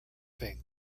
thing